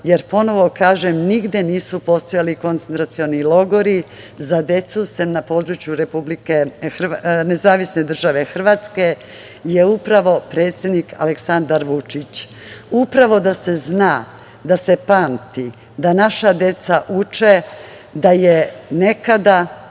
jer ponovo kažem, nigde nisu postojali koncentracioni logori za decu sem na području NDH, je upravo predsednik Aleksandar Vučić. Upravo da se zna, da se pamti, da naša deca uče da je nekada